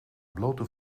blote